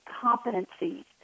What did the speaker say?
competencies